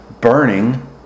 burning